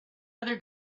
other